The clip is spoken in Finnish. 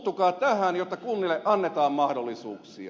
puuttukaa tähän jotta kunnille annetaan mahdollisuuksia